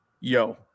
yo